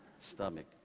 Stomach